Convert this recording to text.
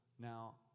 Now